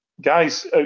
Guys